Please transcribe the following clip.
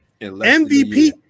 MVP